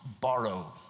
borrow